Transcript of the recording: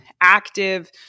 active